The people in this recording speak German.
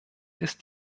ist